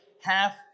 half